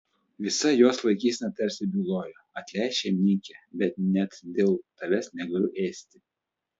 visa jos laikysena tarsi bylojo atleisk šeimininke bet net dėl tavęs negaliu ėsti